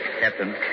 Captain